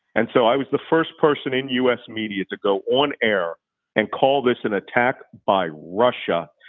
and so i was the first person in u. s. media to go on air and call this an attack by russia,